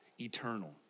eternal